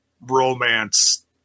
romance